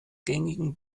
gängigen